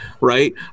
right